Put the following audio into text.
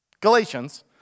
Galatians